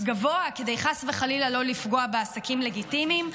גבוה כדי חס וחלילה לא לפגוע בעסקים לגיטימיים.